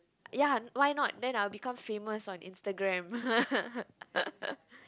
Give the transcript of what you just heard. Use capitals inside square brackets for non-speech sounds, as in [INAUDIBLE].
ya why not then I will become famous on Instagram [LAUGHS]